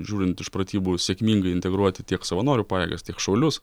žiūrint iš pratybų sėkmingai integruoti tiek savanorių pajėgas tiek šaulius